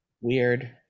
weird